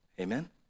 Amen